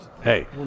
Hey